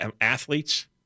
athletes